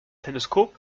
teleskop